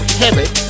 heavy